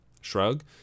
Shrug